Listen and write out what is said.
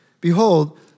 Behold